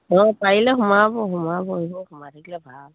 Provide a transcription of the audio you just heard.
অঁ পাৰিলে সোমাব সোমাব এইবোৰত সোমাই থাকিলে ভাল